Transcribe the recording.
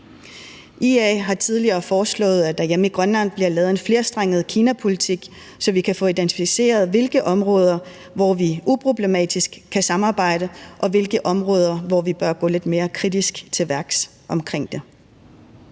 IA har tidligere foreslået, at der hjemme i Grønland bliver lavet en flerstrenget Kinapolitik, så vi kan få identificeret, på hvilke områder vi uproblematisk kan samarbejde, og på hvilke områder vi bør gå lidt mere kritisk til værks omkring det.